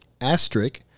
Asterisk